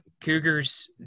cougars